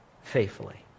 faithfully